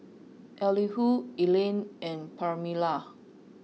Elihu Evelyne and Permelia